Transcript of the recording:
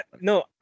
No